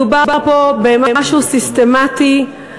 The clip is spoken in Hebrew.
מדובר פה במשהו סיסטמטי,